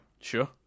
sure